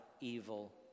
evil